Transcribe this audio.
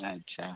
ᱟᱪᱪᱷᱟ